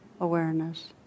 awareness